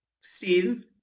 Steve